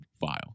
file